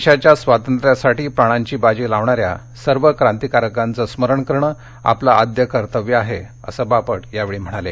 देशाच्या स्वातंत्र्यासाठी प्राणांची बाजी लावणाऱ्या सर्व क्रांतिकारकांचं स्मरण करण आपलं आद्य कर्तव्य आहे असं बापट यावेळी म्हणाले